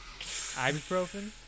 Ibuprofen